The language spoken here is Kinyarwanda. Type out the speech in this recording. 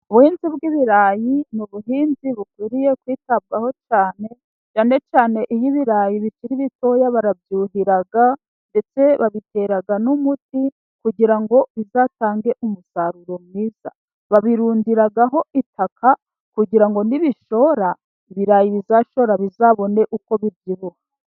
Ubuhinzi bw'ibirayi ni ubuhinzi bukwiriye kwitabwaho cyane, cyane cyane iyo ibirayi bikiri bitoya barabyuhira ndetse babitera n'umuti, kugira ngo bizatange umusaruro mwiza. Babirundiraho itaka kugira ngo nibishora, ibirayi bizashora bizabone uko bibyibuha.